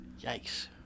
Yikes